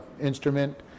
instrument